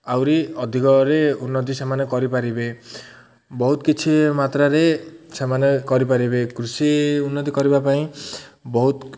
ଆହୁରି ଅଧିକରେ ଉନ୍ନତି ସେମାନେ କରି ପାରିବେ ବହୁତ କିଛି ମାତ୍ରାରେ ସେମାନେ କରି ପାରିବେ କୃଷି ଉନ୍ନତି କରିବା ପାଇଁ ବହୁତ